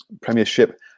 Premiership